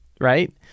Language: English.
right